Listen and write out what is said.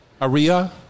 Aria